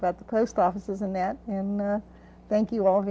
about the post offices and that and thank you all